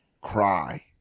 cry